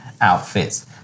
outfits